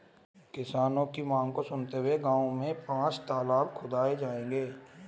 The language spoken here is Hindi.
किसानों की मांग सुनते हुए गांव में पांच तलाब खुदाऐ जाएंगे